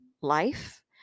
life